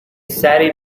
سری